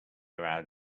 around